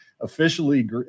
officially